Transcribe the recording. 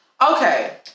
Okay